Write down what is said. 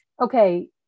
okay